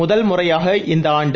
முதல்முறையான இந்த ஆண்டு